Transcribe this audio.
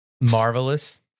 Marvelous